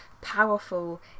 powerful